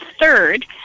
third